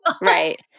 Right